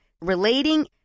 relating